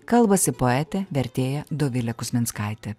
kalbasi poetė vertėja dovilė kuzminskaitė